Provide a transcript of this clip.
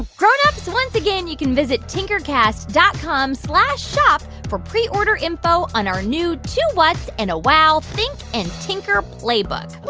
grown-ups, once again, you can visit tinkercast dot com slash shop for preorder info on our new two whats? and a wow! think and tinker playbook.